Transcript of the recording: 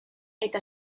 eta